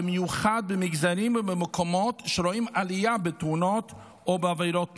במיוחד במגזרים ובמקומות שרואים עלייה בתאונות או בעבירות תנועה.